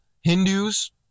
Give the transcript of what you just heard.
Hindus